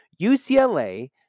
UCLA